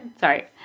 sorry